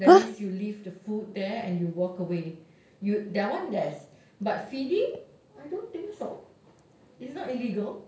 that means you leave the food there and you walk away that one have but feeding I don't think so it's not illegal